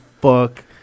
fuck